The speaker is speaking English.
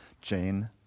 Jane